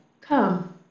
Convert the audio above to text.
Come